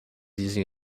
using